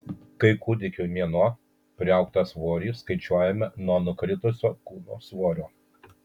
kai kūdikiui mėnuo priaugtą svorį skaičiuojame nuo nukritusio kūno svorio